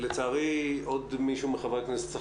אני עוזב כרגע את כל הפן הבריאותי,